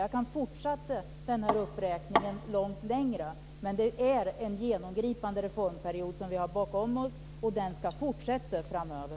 Jag kan fortsätta att göra denna uppräkning längre, men det är en genomgripande reformperiod som vi har bakom oss och den ska fortsätta även framöver.